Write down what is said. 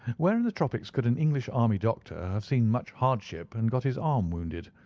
where in the tropics could an english army doctor have seen much hardship and got his arm wounded?